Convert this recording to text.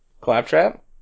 Claptrap